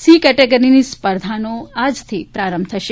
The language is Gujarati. સી કેટેગરીની સ્પર્ધાનો આજથી પ્રારંભ થશે